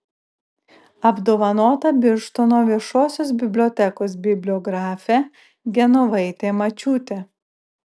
apdovanota birštono viešosios bibliotekos bibliografė genovaitė mačiūtė